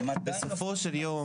בסופו של יום